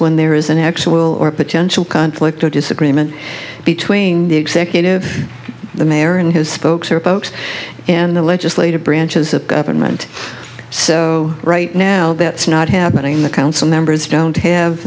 when there is an actual or potential conflict or disagreement between the executive the mayor and his spokes are folks in the legislative branches of government so right now that's not happening the council members don't have